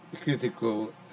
critical